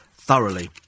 thoroughly